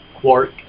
Quark